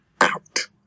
out